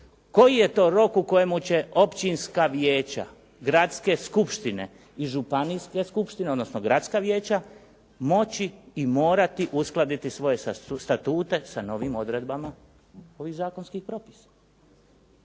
koji je to rok u kojemu će općinska vijeća, gradske skupštine i županijske skupštine odnosno gradska vijeća moći i morati uskladiti svoje statute sa novim odredbama ovih zakonskih propisa.